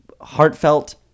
heartfelt